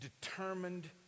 determined